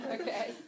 Okay